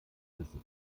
müssen